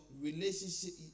relationship